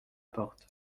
porte